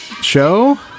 show